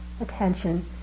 attention